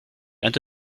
and